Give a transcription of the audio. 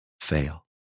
fail